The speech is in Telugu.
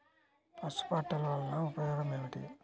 పసుపు అట్టలు వలన ఉపయోగం ఏమిటి?